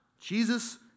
Jesus